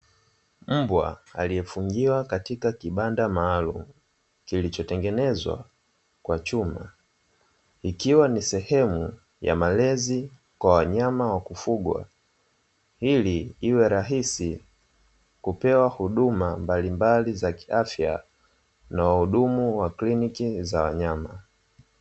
Mbwa aliyefungiwa katika kibanda maalumu, kilichotengenezwa kwa chuma; ikiwa ni sehemu ya malezi kwa wanyama wa kufugwa, ili iwe rahisi kupewa huduma mbalimbali za kiafya na wahudumu wa kliniki za wanyama.